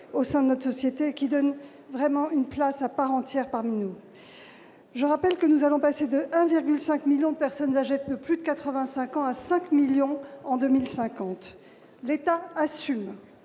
au sein de notre société, qui leur donne vraiment une place à part entière parmi nous. Je rappelle que nous allons passer de 1,5 million de personnes âgées de plus de 85 ans à 5 millions en 2050. L'État assume.